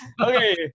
Okay